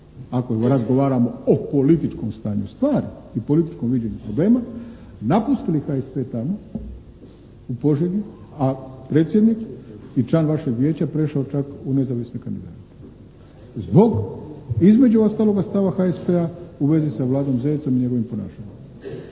ako razgovaramo o političkom stanju stvari i političkom viđenju problema napustili HSP tamo u Požegi, a predsjednik i član vašeg Vijeća prešao čak u nezavisne kandidate zbog, između ostaloga stava HSP-a u vezi sa Vladom Zecom i njegovim ponašanjem.